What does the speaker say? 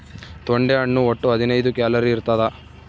ತೊಂಡೆ ಹಣ್ಣು ಒಟ್ಟು ಹದಿನೈದು ಕ್ಯಾಲೋರಿ ಇರ್ತಾದ